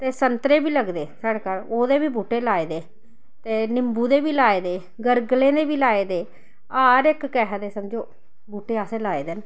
ते संतरे बी लगदे साढ़े घर ओह्दे बी बूहटे लाए दे ते निम्बू दे बी लाए दे गरगलें दे बी लाए दे हर इक किसमै दे समझो बूह्टे असें लाए दे न